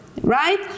right